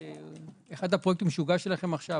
באחד הפרויקטים שהוגש אליכם עכשיו,